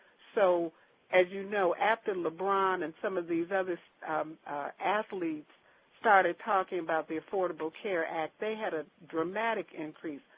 so as you know, after lebron and some of these ah other athletes started talking about the affordable care act, they had a dramatic increase.